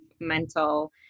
mental